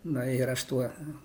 na ir aš tuo